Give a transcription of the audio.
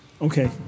Okay